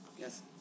yes